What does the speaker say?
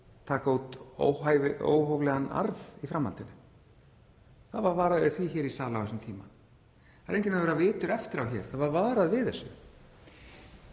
taka út óhóflegan arð í framhaldinu. Það var varað við því í sal á þessum tíma. Það er enginn að vera vitur eftir á hér, það var varað við þessu.